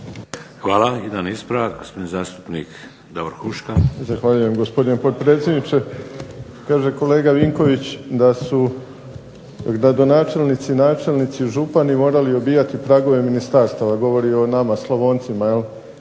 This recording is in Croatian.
Hvala. Jedan ispravak, gospodin zastupnik Davor Huška. **Huška, Davor (HDZ)** Zahvaljujem gospodine potpredsjedniče. Kaže kolega Vinković da su gradonačelnici, načelnici, župani morali obijati pragove ministarstava, govori i o nama Slavoncima jel',